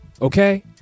okay